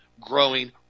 growing